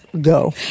go